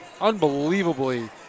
unbelievably